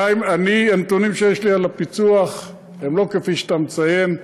2. הנתונים שיש לי על הפיצו"ח הם לא כפי שאתה מציין.